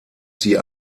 sie